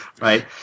right